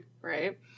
Right